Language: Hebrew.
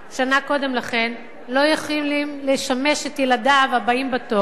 שנה קודם לכן לא יכולים לשמש את ילדיו הבאים בתור,